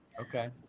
okay